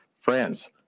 friends